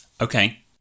Okay